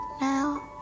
now